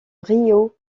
rio